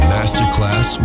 Masterclass